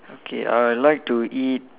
okay I'll like to eat